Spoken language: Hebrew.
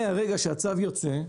מהרגע שהצו יוצא,